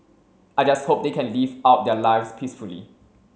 I just hope they can live out their lives peacefully